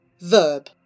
Verb